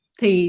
thì